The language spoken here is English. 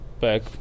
back